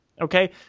Okay